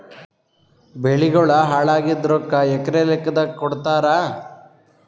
ಬೆಳಿಗೋಳ ಹಾಳಾಗಿದ ರೊಕ್ಕಾ ಎಕರ ಲೆಕ್ಕಾದಾಗ ಕೊಡುತ್ತಾರ?